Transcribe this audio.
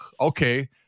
okay